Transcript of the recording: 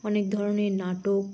অনেক ধরনের নাটক